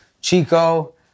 Chico